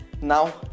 now